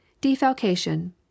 Defalcation